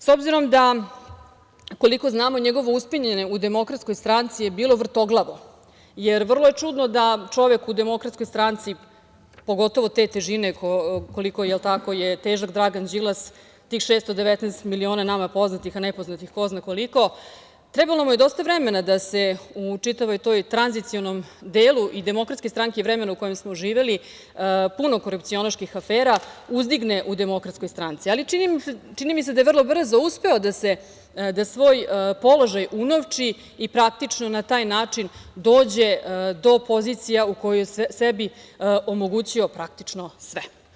S obzirom da koliko znamo njegovo uspinjanje u DS je bilo vrtoglavo, jer vrlo je čudno da čovek u DS, pogotovo te težine koliko je težak Dragan Đilas, tih 619 miliona nama poznatih, a nama nepoznatih ko zna koliko, trebalo mu je dosta vremena da se u čitavom tom tranzicionom delu DS i vremena u kojem smo živeli puno korupcionaških afera uzdigne u DS, ali čini mi se da je vrlo brzo uspeo da svoj položaj unovči i praktično na taj način dođe do pozicija u kojoj je sebi omogućio praktično sve.